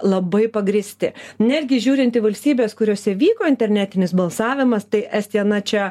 labai pagrįsti netgi žiūrint į valstybes kuriose vyko internetinis balsavimas tai estija na čia